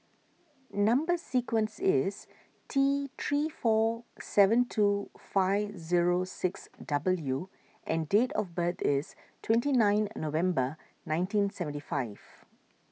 Number Sequence is T three four seven two five zero six W and date of birth is twenty nine November nineteen seventy five